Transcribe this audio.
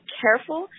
careful